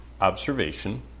observation